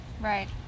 right